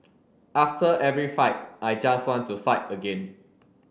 after every fight I just want to fight again